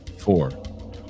Four